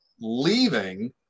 leaving